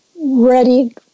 ready